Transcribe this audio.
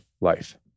life